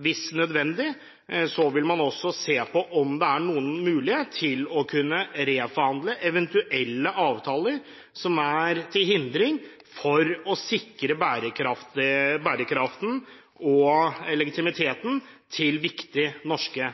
man om nødvendig også vil se på om det er noen mulighet til å kunne reforhandle eventuelle avtaler som er til hindring for å sikre bærekraften og legitimiteten til viktige norske